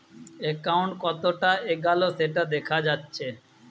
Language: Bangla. একাউন্ট কতোটা এগাল সেটা দেখা যাচ্ছে